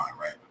right